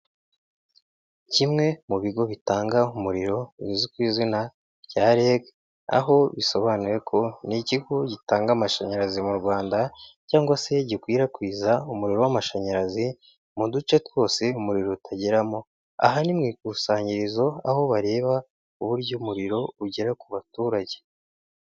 Kimwe mu bigo bitanga umuriro uzwi ku izina rya REG. Aho bisobanuye ko ni ikigo gitanga amashanyarazi mu Rwanda cyangwa se gikwirakwiza umuriro w'amashanyarazi mu duce twose umuriro utageramo, aha ni mu ikusanyirizo aho bareba uburyo umuriro ugera ku baturage.